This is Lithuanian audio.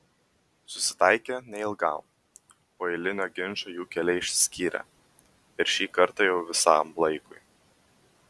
susitaikė neilgam po eilinio ginčo jų keliai išsiskyrė ir šį kartą jau visam laikui